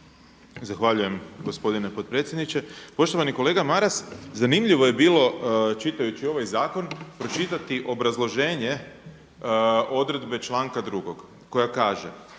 Zahvaljujem gospodine potpredsjedniče. Poštovani kolega Maras, zanimljivo je bilo čitajući ovaj zakon pročitati obrazloženje odredbe članka 2. koja kaže: